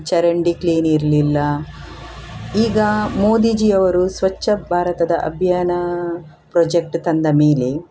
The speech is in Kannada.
ಚರಂಡಿ ಕ್ಲೀನ್ ಇರಲಿಲ್ಲ ಈಗ ಮೋದೀಜಿಯವರು ಸ್ವಚ್ಛ ಭಾರತದ ಅಭಿಯಾನ ಪ್ರೊಜೆಕ್ಟ್ ತಂದ ಮೇಲೆ